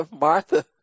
Martha